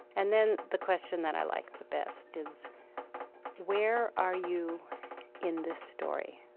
and then the question that i like the best is where are you in this story,